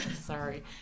sorry